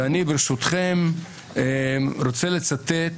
אני ברשותכם רוצה לצטט